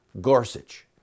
Gorsuch